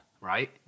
right